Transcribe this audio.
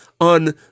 on